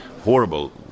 horrible